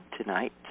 tonight